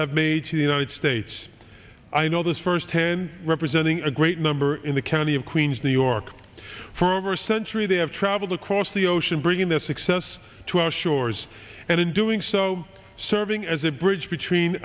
have made to the united states i know this firsthand representing a great number in the county of queens new york for over a century they have traveled across the ocean bringing that success to our shores and in doing so serving as a bridge between